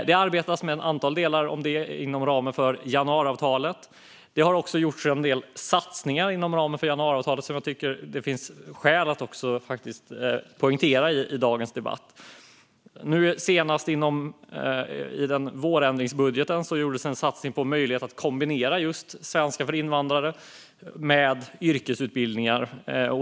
Det arbetas med ett antal delar av detta inom ramen för januariavtalet. Det har också gjorts en del satsningar inom ramen för januariavtalet som jag tycker att det finns skäl att poängtera i dagens debatt. Senast i vårändringsbudgeten gjordes en satsning på möjligheten att kombinera svenska för invandrare med yrkesutbildningar.